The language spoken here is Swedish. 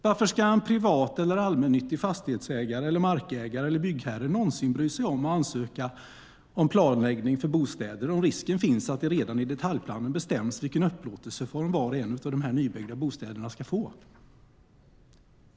Varför ska en privat eller allmännyttig fastighetsägare eller markägare eller byggherre någonsin bry sig om att ansöka om planläggning av bostäder om risken finns att det redan i detaljplanen bestäms vilken upplåtelseform var och en av de nybyggda bostäderna ska få?